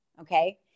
Okay